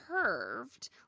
curved